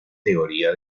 teoría